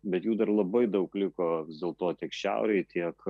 bet jų dar labai daug likovis dėlto tiek šiaurėj tiek